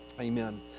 Amen